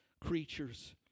creatures